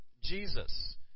Jesus